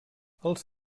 els